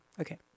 Okay